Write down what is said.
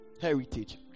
heritage